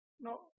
No